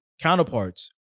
counterparts